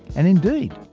and indeed,